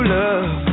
love